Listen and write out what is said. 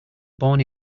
born